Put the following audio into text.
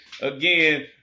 Again